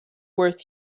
worth